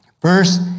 First